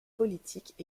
politiques